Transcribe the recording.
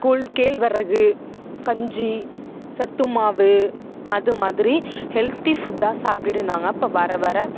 கூழ் கேழ்வரகு கஞ்சி சத்து மாவு அது மாதிரி ஹெல்தி ஃபுட்டாக சாப்பிட்டுட்டு இருந்தாங்க அப்போ வர வர